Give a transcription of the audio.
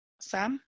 Sam